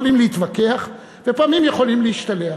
יכולים להתווכח ולפעמים יכולים להשתלח.